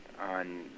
on